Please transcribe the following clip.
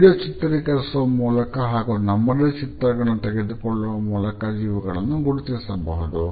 video ಚಿತ್ರೀಕರಿಸುವ ಮೂಲಕ ಹಾಗೂ ನಮ್ಮದೇ ಚಿತ್ರಗಳನ್ನು ತೆಗೆದುಕೊಳ್ಳುವ ಮೂಲಕ ಇವುಗಳನ್ನು ಗುರುತಿಸಬಹುದು